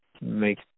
make